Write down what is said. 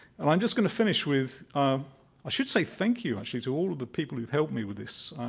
and i'm just going to finish with um i should say thank you actually to all of the people who have helped me with this.